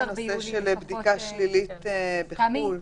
תמי,